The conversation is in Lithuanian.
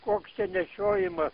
koks čia nešiojima